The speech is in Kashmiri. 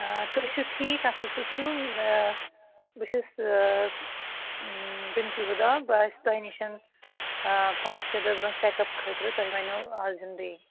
آ تُہۍ چھُو ٹھیٖک اَصٕل پٲٹھۍ چھُو بہٕ چھَس بِنتُل حدا بہٕ آیَس تۄہہِ نِش پانٛژھ شےٚ دۄہ برٛونٛہہ چیٚک اَپ خٲطرٕ تۄہہِ وَنٮ۪وٕ اَز یُن بیٚیہِ